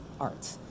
art